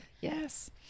yes